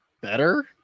better